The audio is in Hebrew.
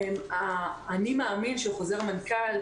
האני מאמין של חוזר המנכ"ל,